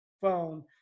phone